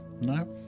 No